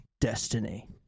destiny